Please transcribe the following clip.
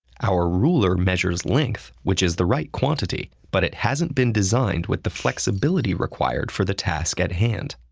our ruler measures length, which is the right quantity, but it hasn't been designed with the flexibility required for the task at hand.